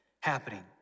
happening